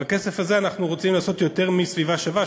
עם הכסף הזה אנחנו רוצים לעשות יותר מ"סביבה שווה",